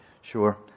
Sure